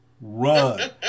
run